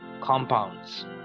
compounds